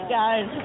guys